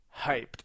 hyped